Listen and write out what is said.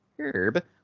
herb